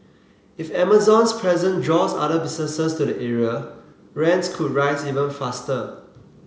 if Amazon's presence draws other businesses to the area rents could rise even faster